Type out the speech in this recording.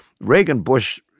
Reagan-Bush